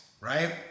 right